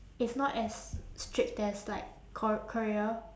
it's not as strict as like kor~ korea